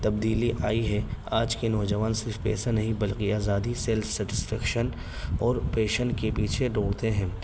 تبدیلی آئی ہے آج کے نوجوان صرف پیسے نہیں بلکہ آزادی سیلف سٹسفیکشن اور پیشن کے پیچھے ڈوڑتے ہیں